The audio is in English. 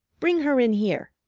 bring her in here.